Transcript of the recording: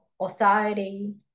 authority